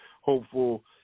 hopeful